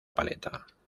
paleta